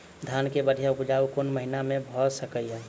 धान केँ बढ़िया उपजाउ कोण महीना मे भऽ सकैय?